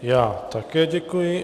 Já také děkuji.